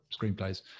screenplays